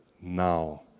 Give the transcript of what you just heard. now